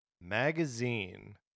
Magazine